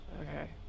Okay